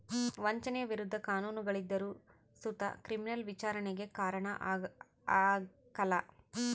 ವಂಚನೆಯ ವಿರುದ್ಧ ಕಾನೂನುಗಳಿದ್ದರು ಸುತ ಕ್ರಿಮಿನಲ್ ವಿಚಾರಣೆಗೆ ಕಾರಣ ಆಗ್ಕಲ